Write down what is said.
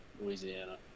Louisiana